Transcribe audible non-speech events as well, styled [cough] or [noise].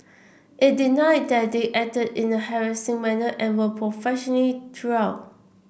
it denied that they acted in a harassing manner and were [unintelligible] throughout